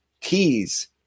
keys